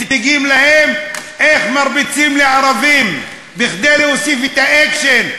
מציגים להם איך מרביצים לערבים כדי להוסיף את האקשן,